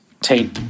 tape